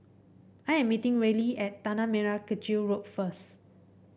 I am meeting Reilly at Tanah Merah Kechil Road first